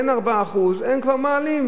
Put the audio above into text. כן 4%; הם כבר מעלים.